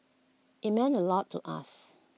IT meant A lot to us